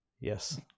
Yes